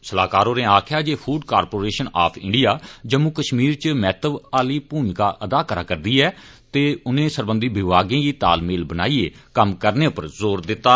सलाह्कार होरें आक्खेआ जे Food Corporation of India Jammu Kashmir च महत्व आली भूमका अदा करा'रदी ऐ ते उनें सरबंधत विभागें गी तालमेल बनाइयै कम्म करने पर जोर दित्ता